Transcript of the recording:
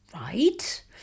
right